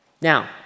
Now